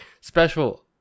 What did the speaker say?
special